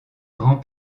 grand